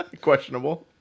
Questionable